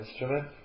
instrument